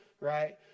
right